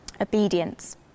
Obedience